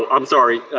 um i'm sorry.